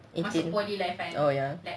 eighteen oh ya